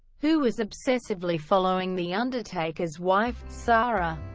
who was obsessively following the undertaker's wife, sara.